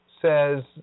says